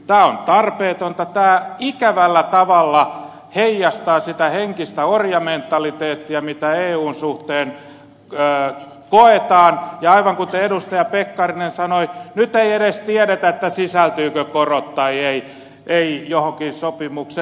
tämä on tarpeetonta tämä ikävällä tavalla heijastaa sitä henkistä orjamentaliteettia mitä eun suhteen koetaan ja aivan kuten edustaja pekkarinen sanoi nyt ei edes tiedetä sisältyvätkö korot tai eivät johonkin sopimukseen